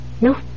No